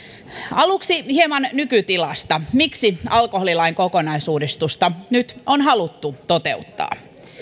aluksi hieman nykytilasta miksi alkoholilain kokonaisuudistusta nyt on haluttu toteuttaa